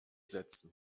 setzen